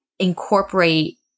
incorporate